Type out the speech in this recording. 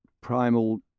primal